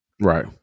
Right